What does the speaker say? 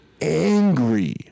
angry